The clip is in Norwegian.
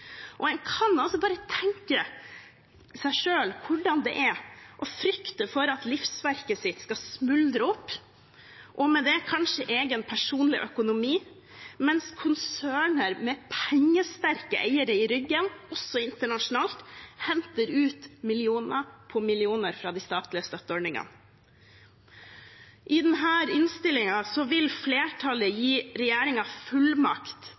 En kan altså bare tenke seg selv hvordan det er å frykte for at livsverket skal smuldre opp, og med det kanskje egen personlig økonomi, mens konserner med pengesterke eiere i ryggen, også internasjonalt, henter ut millioner på millioner fra de statlige støtteordningene. I denne innstillingen vil flertallet gi regjeringen fullmakt